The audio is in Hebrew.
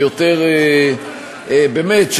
באמת,